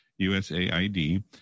USAID